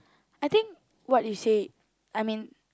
I think what you say I mean